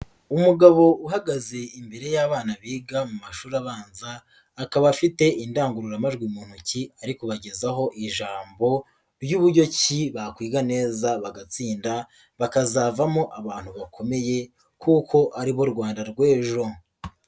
Umugabo uhagaze imbere y'abana biga mu mashuri abanza, akaba afite indangururamajwi mu ntoki ari kubagezaho ijambo ry'uburyo ki bakwiga neza bagatsinda bakazavamo abantu bakomeye kuko aribo Rwanda rw'ejo.